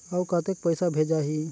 अउ कतेक पइसा भेजाही?